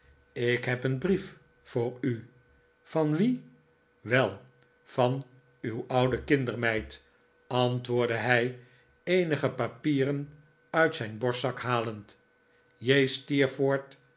ik heb een brief voor u van wien wel van uw oude kindermeid antwoordde hij eenige papieren uit zijn borstzak halend j